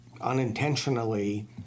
unintentionally